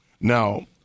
Now